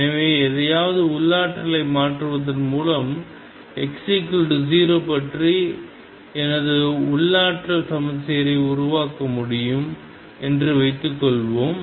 எனவே எதையாவது உள்ளாற்றலை மாற்றுவதன் மூலம் x0 பற்றி எனது உள்ளாற்றல் சமச்சீரை உருவாக்க முடியும் என்று வைத்துக்கொள்வோம்